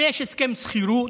ויש הסכם שכירות,